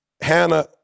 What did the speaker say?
Hannah